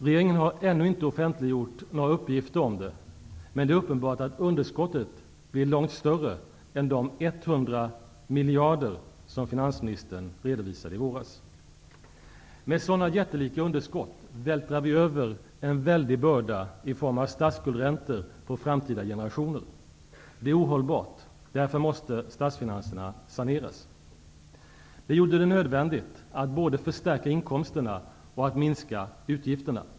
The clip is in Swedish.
Regeringen har ännu inte offentliggjort några uppgifter om det, men det är uppenbart att underskotten blir långt större än de 100 miljarder som finansministern redovisade i våras. Med sådana jättelika underskott vältrar vi över en väldig börda i form av statsskuldräntor på framtida generationer. Det är ohållbart. Därför måste statsfinanserna saneras. Det gjorde det nödvändigt både att förstärka inkomsterna och att minska på utgifterna.